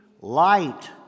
light